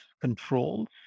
controls